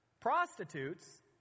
prostitutes